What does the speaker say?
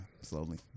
slowly